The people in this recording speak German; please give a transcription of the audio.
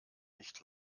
nicht